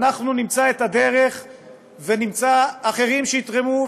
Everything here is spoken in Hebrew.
אנחנו נמצא את הדרך ונמצא אחרים שיתרמו,